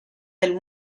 del